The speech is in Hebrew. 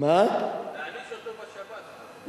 תעניש אותו בשב"ס.